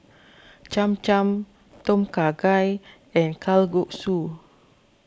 Cham Cham Tom Kha Gai and Kalguksu